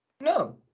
No